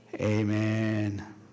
amen